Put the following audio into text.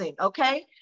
okay